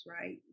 right